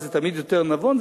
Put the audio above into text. זה תמיד יותר נבון,